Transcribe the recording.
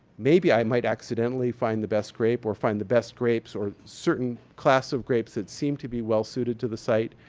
maybe i might accidentally find the best grape or find the best grapes, or certain class of grape that seem to be well-suited to the site,